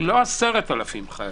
לא 10,000 חיילים,